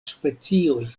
specioj